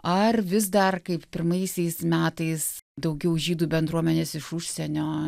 ar vis dar kaip pirmaisiais metais daugiau žydų bendruomenės iš užsienio